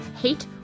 Hate